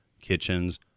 kitchens